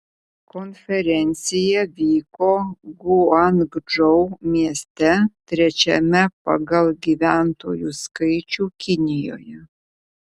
konferencija vyko guangdžou mieste trečiame pagal gyventojų skaičių kinijoje